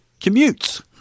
commutes